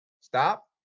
stop